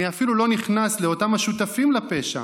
אני אפילו לא נכנס לאותם השותפים לפשע